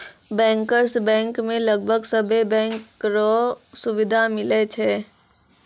bankers bank मे लगभग सभे बैंको रो सुविधा मिलै छै